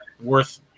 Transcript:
worth